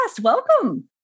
Welcome